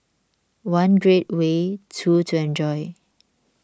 one great way two to enjoy